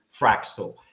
Fraxel